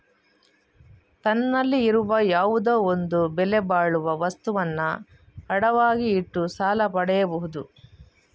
ತನ್ನಲ್ಲಿ ಇರುವ ಯಾವುದೋ ಒಂದು ಬೆಲೆ ಬಾಳುವ ವಸ್ತುವನ್ನ ಅಡವಾಗಿ ಇಟ್ಟು ಸಾಲ ಪಡಿಯುದು